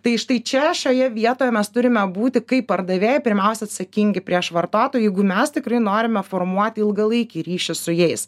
tai štai čia šioje vietoje mes turime būti kaip pardavėjai pirmiausia atsakingi prieš vartotoją jeigu mes tikrai norime formuoti ilgalaikį ryšį su jais